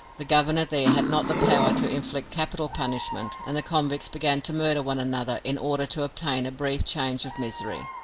the governor there had not the power to inflict capital punishment, and the convicts began to murder one another in order to obtain a brief change of misery,